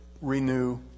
renew